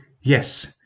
Yes